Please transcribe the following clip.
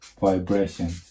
vibration